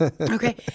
Okay